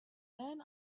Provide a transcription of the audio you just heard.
man